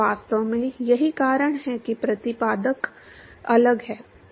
वास्तव में यही कारण है कि प्रतिपादक अलग है